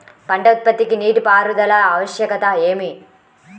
పంట ఉత్పత్తికి నీటిపారుదల ఆవశ్యకత ఏమి?